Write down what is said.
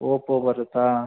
Oppo ಬರುತ್ತಾ